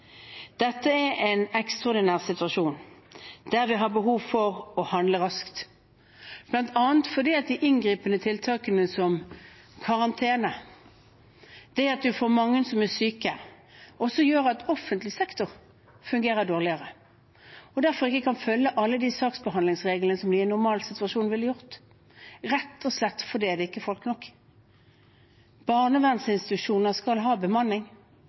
Dette er en ekstraordinær situasjon der vi har behov for å handle raskt, bl.a. fordi de inngripende tiltakene som karantene, det at vi får mange som er syke, også gjør at offentlig sektor fungerer dårligere og derfor ikke kan følge alle de saksbehandlingsreglene som vi i en normal situasjon ville gjort – rett og slett fordi det ikke er folk nok. Barnevernsinstitusjoner skal ha bemanning,